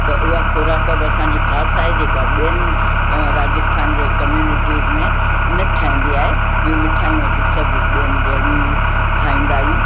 त उहा खोराक बि असांजी ख़ासि आहे जेका ॿियनि राजस्थान जे कमियूनिटीज़ में न ठहंदी आहे ॿियूं मिठाइयूं असां सभु ॿियनि जेहिड़ियूं ई खाईंदा आहियूं